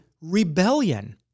rebellion